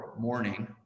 morning